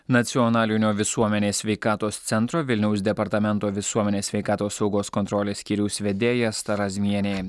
nacionalinio visuomenės sveikatos centro vilniaus departamento visuomenės sveikatos saugos kontrolės skyriaus vedėja asta razmienė